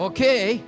Okay